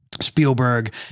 Spielberg